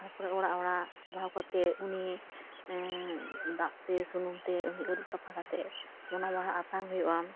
ᱛᱟᱨᱯᱚᱨᱮ ᱚᱲᱟᱜ ᱚᱲᱟᱜ ᱪᱟᱞᱟᱣ ᱠᱟᱛᱮ ᱩᱱᱤ ᱫᱟᱜ ᱛᱮ ᱥᱩᱱᱩᱢ ᱛᱮ ᱩᱱᱤ ᱟᱹᱨᱩᱵ ᱥᱟᱯᱷᱟ ᱠᱟᱛᱮ ᱚᱱᱟ ᱵᱟᱦᱟ ᱟᱛᱟᱝ ᱦᱩᱭᱩᱜᱼᱟ